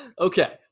Okay